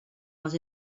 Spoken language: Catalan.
els